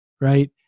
right